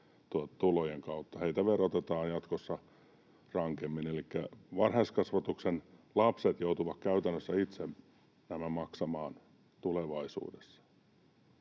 Heitä verotetaan jatkossa rankemmin, elikkä varhaiskasvatuksen lapset joutuvat käytännössä itse maksamaan nämä tulevaisuudessa.